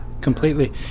completely